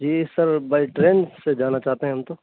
G sir by train سے جانا چاہتے ہیں ہم تو